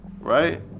right